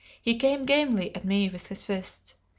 he came gamely at me with his fists.